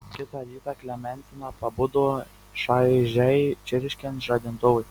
kitą rytą klementina pabudo šaižiai čirškiant žadintuvui